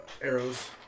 Arrows